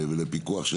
ולפיקוח של